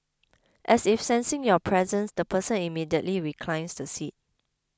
as if sensing your presence the person immediately reclines the seat